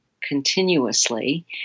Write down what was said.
continuously